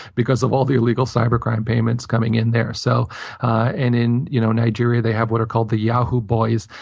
because of all the illegal cyber crime payments coming in there. so and in you know nigeria, they have what are called the yahoo boys.